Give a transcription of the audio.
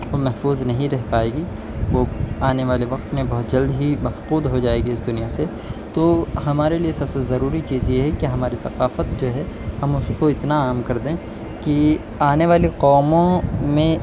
محفوظ نہیں رہ پائے گی وہ آنے والے وقت میں بہت جلد ہی مفقود ہو جائے گی اس دنیا سے تو ہمارے لیے سب سے ضروری چیز یہ ہے کہ ہماری ثقافت جو ہے ہم اس کو اتنا عام کر دیں کہ آنے والی قوموں میں